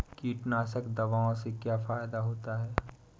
कीटनाशक दवाओं से क्या फायदा होता है?